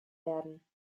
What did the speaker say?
werden